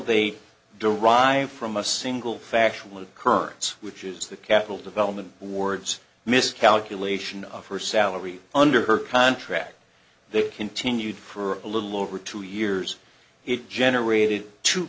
they derive from a single factual currents which is the capital development boards miscalculation of her salary under her contract they continued for a little over two years it generated two